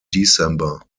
december